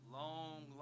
long